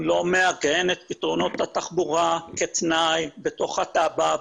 לא מעגן את פתרונות התחבורה כתנאי בתוך התב"ע,